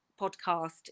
podcast